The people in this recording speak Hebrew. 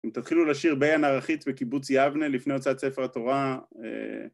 אם תתחילו לשיר בעין הערכית בקיבוצי אבנה לפני הוצאת ספר התורה